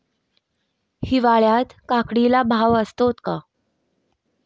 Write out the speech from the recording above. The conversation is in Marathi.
हिवाळ्यात काकडीला भाव असतो का?